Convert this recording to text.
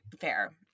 Fair